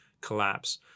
collapse